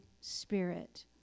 Spirit